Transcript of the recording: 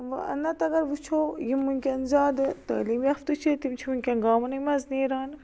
نَتہٕ اگر وٕچھُو یِم وٕنکٮ۪ن زیادٕ تعلیٖم یافتہٕ چھِ تِم چھِ وٕنکٮ۪ن گامنٕے منٛز نیران